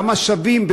כמה שווים,